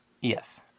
Yes